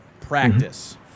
practice